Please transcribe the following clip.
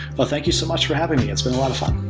ah thank you so much for having me. it's been a lot of fun